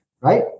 right